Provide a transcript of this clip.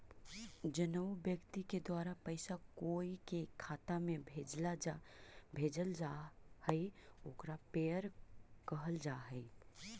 जउन व्यक्ति के द्वारा पैसा कोई के खाता में भेजल जा हइ ओकरा पेयर कहल जा हइ